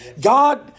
God